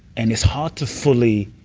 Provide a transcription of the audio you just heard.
and it's hard to fully.